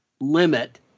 limit